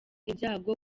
ibyago